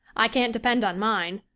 i can't depend on mine.